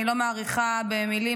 אני לא מאריכה במילים,